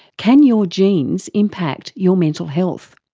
can your genes impact your mental health?